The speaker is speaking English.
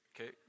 Okay